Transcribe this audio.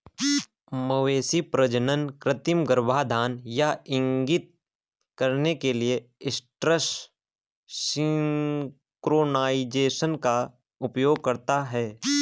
मवेशी प्रजनन कृत्रिम गर्भाधान यह इंगित करने के लिए एस्ट्रस सिंक्रोनाइज़ेशन का उपयोग करता है